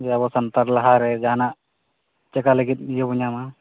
ᱡᱮ ᱟᱵᱚ ᱥᱟᱱᱛᱟᱲ ᱞᱟᱦᱟᱨᱮ ᱡᱟᱦᱟᱸ ᱱᱟᱜ ᱪᱤᱠᱟᱹ ᱞᱟᱹᱜᱤᱫ ᱤᱭᱟᱹ ᱵᱚ ᱧᱟᱢᱟ